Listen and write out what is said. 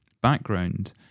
background